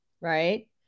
right